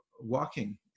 walking